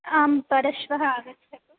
आम् परश्वः आगच्छतु